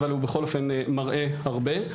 אבל הוא מראה הרבה,